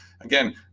Again